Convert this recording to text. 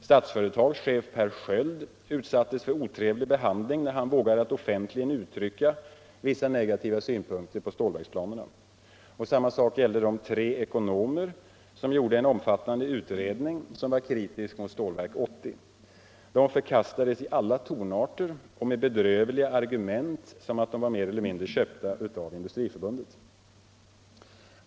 Statsföretags chef Per Sköld utsattes för otrevlig behandling när han vågade offentligen uttrycka vissa negativa synpunkter på stålverksplanerna. Samma sak gällde de tre ekonomer som gjorde en omfattande utredning som var kritisk mot Stålverk 80. De förkastades i alla tonarter och med bedrövliga argument som att de var mer eller mindre köpta av Industriförbundet.